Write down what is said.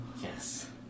Yes